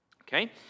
Okay